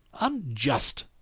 unjust